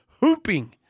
hooping